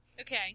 Okay